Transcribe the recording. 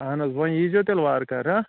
اَہن حظ وۄنۍ ییٖزیو تیٚلہِ وار کار ہَہ